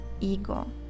ego